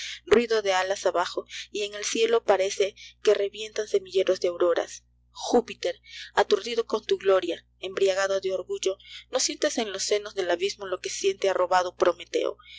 ruido de alas abajo y en el cielo parece que revientan semilleros de aurc ras i júpiter aturdido con tu gloria embriagado de orgullo no sientes en los senos del abismo lo que siente arrobado prometeo